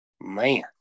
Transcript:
Man